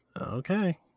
okay